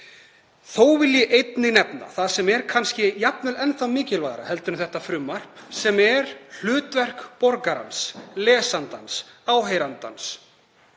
Þó vil ég einnig nefna það sem er kannski jafnvel enn þá mikilvægara en þetta frumvarp, sem er hlutverk borgarans, lesandans, áheyrandans